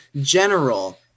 general